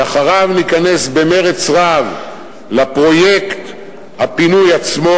שאחריו ניכנס במרץ רב לפרויקט הפינוי עצמו,